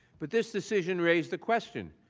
but this decision raises the question.